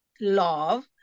love